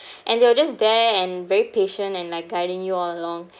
and they were just there and very patient and like guiding you all along